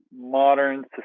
modern